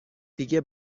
دیگه